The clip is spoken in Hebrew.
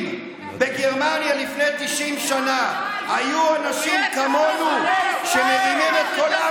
אם בגרמניה לפני 90 שנה היו אנשים כמונו שמרימים את קולם,